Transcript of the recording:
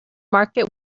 market